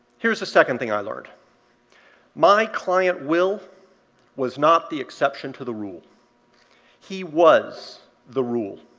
here's the second thing i learned my client will was not the exception to the rule he was the rule.